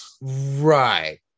Right